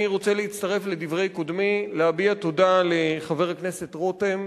אני רוצה להצטרף לדברי קודמי ולהביע תודה לחבר הכנסת רותם,